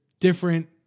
different